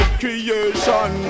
creation